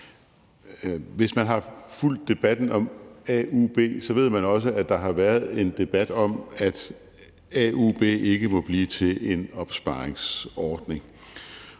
Hvis man har fulgt debatten om AUB, ved man også, at der har været en debat om, at AUB ikke må blive til en opsparingsordning,